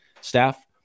staff